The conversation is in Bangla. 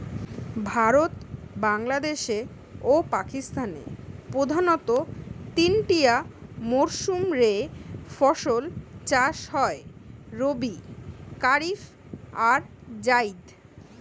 ভারতে, বাংলাদেশে ও পাকিস্তানে প্রধানতঃ তিনটিয়া মরসুম রে ফসল চাষ হয় রবি, কারিফ আর জাইদ